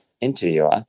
interviewer